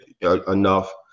enough